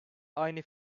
aynı